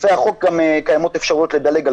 בסעיפי החוק גם קיימות אפשרויות לדלג על